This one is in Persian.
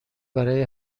برای